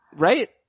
Right